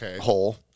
hole